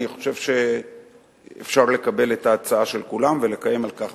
אני חושב שאפשר לקבל את ההצעות של כולם ולקיים על כך,